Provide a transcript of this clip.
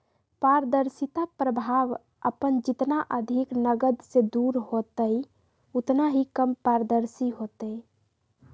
पारदर्शिता प्रभाव अपन जितना अधिक नकद से दूर होतय उतना ही कम पारदर्शी होतय